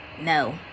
No